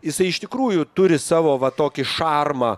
jisai iš tikrųjų turi savo va tokį šarmą